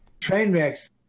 Trainwrecks